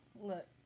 Look